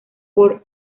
por